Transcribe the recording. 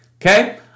Okay